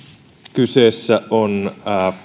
kyseessä on